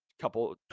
couple